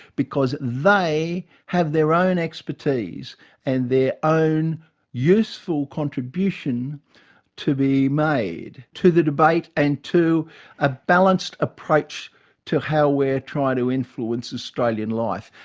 because they have their own expertise and their own useful contribution to be made to the debate and to a balanced approach to how we're trying to influence australian life.